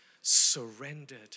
surrendered